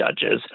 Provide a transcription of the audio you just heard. judges